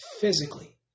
Physically